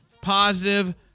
positive